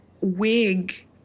wig